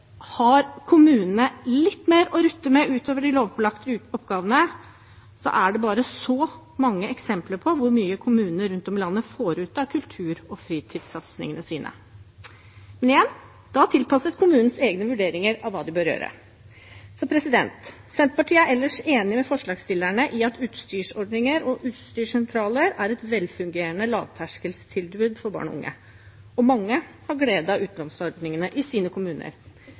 Har kommunene litt mer å rutte med utover de lovpålagte oppgavene, er det mange eksempler på hvor mye kommunene rundt omkring i landet får ut av kultur- og fritidssatsingene sine. Men igjen: Det må være tilpasset kommunenes egne vurderinger av hva de bør gjøre. Senterpartiet er ellers enig med forslagsstillerne i at utstyrsordninger og utstyrssentraler er et velfungerende lavterskeltilbud for barn og unge, og mange har glede av utlånsordningene i sine kommuner.